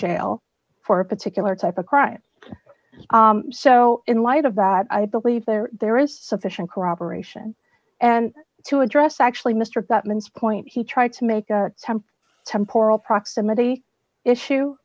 jail for a particular type of crime so in light of that i believe there there is sufficient corroboration and to address actually mistook that man's point he tried to make a temp temporal proximity issue